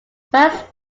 first